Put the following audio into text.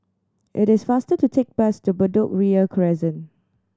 it is faster to take bus to Bedok Ria Crescent